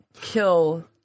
kill